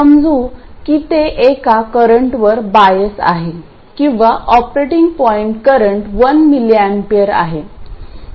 समजू की ते एका करंटवर बायस आहे किंवा ऑपरेटिंग पॉईंट करंट 1mA आहे